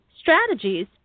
strategies